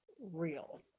real